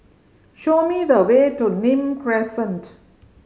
show me the way to Nim Crescent